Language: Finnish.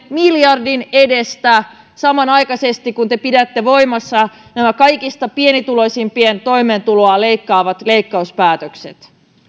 miljardin edestä samanaikaisesti kun te pidätte voimassa nämä kaikista pienituloisimpien toimeentuloa leikkaavat leikkauspäätökset